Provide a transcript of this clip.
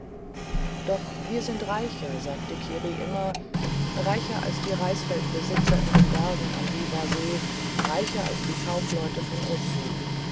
doch wir sind reicher sagte kiri immer reicher als die reisfelderbesitzer in den bergen am biwasee reicher als die kaufleute von ozu